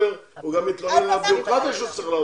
הוא מתלונן על הבירוקרטיה שהוא צריך לעבור.